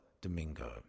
Domingo